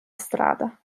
strada